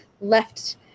left